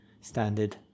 standard